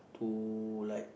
to like